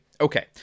Okay